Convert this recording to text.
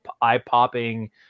eye-popping